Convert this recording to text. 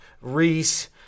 Reese